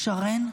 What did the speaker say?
שרן,